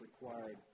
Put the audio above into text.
required